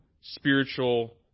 spiritual